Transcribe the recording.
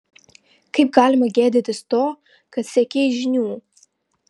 kaip galima gėdytis to kad siekei žinių